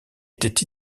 était